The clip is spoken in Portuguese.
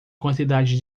quantidade